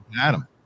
Adam